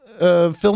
film